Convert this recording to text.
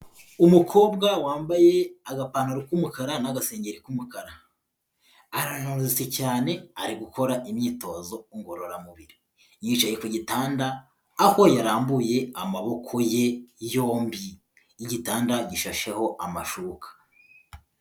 Umukobwa wambaye agapantaro k'umukara n'agasengeri k'umukara, arananutse cyane ari gukora imyitozo ngororamubiri yicaye ku gitanda, aho yarambuye amaboko ye yombi, igitanda gishasheho amashuka.